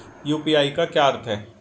UPI का क्या अर्थ है?